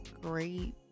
great